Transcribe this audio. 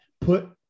put